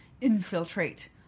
infiltrate